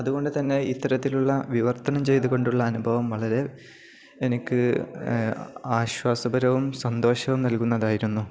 അതുകൊണ്ടുതന്നെ ഇത്തരത്തിലുള്ള വിവർത്തനം ചെയ്തുകൊണ്ടുള്ള അനുഭവം വളരെ എനിക്ക് ആശ്വാസപരവും സന്തോഷവും നൽകുന്നതായിരുന്നു